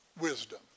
wisdom